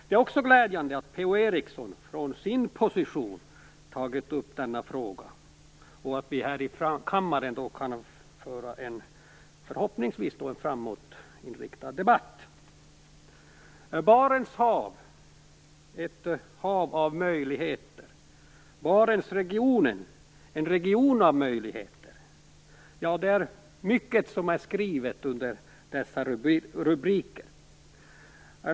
Det är också glädjande att Per-Ola Eriksson från sin position har tagit upp denna fråga så att vi här i kammaren kan föra en förhoppningsvis framtåtinriktad debatt. Barents hav är ett hav av möjligheter. Barentsregionen är en region av möjligheter. Det finns mycket som är skrivet under dessa rubriker.